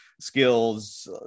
skills